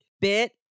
bit